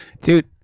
Dude